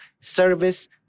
Service